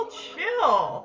chill